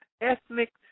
ethnic